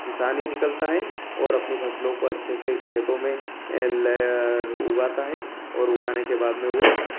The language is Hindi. किसान ही निकलता है और अपने फ़सलों को अच्छे से खेतों में लय उगाता है और उगाने के बाद में वह